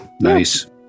Nice